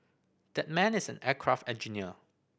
that man is an aircraft engineer